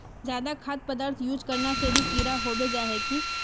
ज्यादा खाद पदार्थ यूज करना से भी कीड़ा होबे जाए है की?